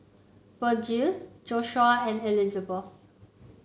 Vergil Joshuah and Elizabeth